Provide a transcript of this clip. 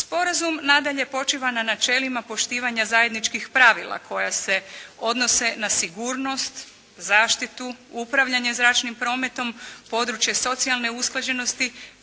Sporazum nadalje počiva na načelima počivanja zajedničkih pravila koja se odnose na sigurnost, zaštitu, upravljanje zračnim prometom, područje socijalne usklađenosti